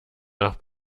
nach